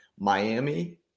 Miami